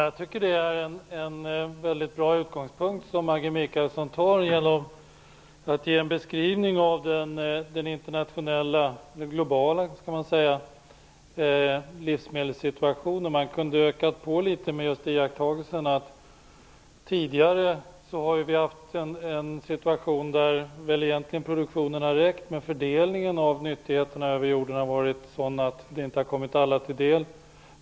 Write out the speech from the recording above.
Fru talman! Det är en mycket bra utgångspunkt som Maggi Mikaelsson tar med att ge en beskrivning av den globala livsmedelssituationen. Hon kunde ha ökat på med iakttagelsen att vi tidigare har haft en situation där produktionen egentligen har räckt men där fördelningen av nyttigheter över jorden har varit sådan att de inte har kommit alla till del.